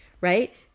Right